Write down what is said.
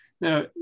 Now